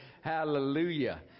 Hallelujah